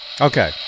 Okay